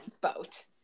boat